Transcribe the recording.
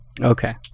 Okay